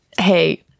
Hey